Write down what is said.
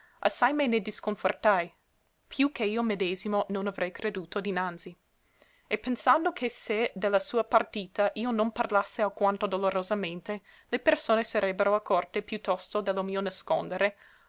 assai me ne disconfortai più che io medesimo non avrei creduto dinanzi e pensando che se de la sua partita io non parlasse alquanto dolorosamente le persone sarebbero accorte